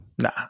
nah